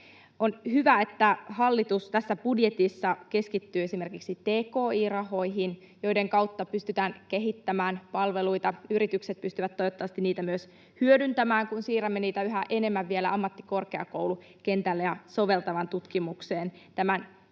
On hyvä, että hallitus tässä budjetissa keskittyy esimerkiksi tki-rahoihin, joiden kautta pystytään kehittämään palveluita — yritykset pystyvät toivottavasti niitä myös hyödyntämään, kun siirrämme niitä yhä enemmän vielä ammattikorkeakoulukentälle ja soveltavaan tutkimukseen tämän